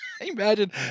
Imagine